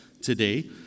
today